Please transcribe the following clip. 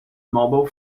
mobile